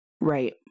Right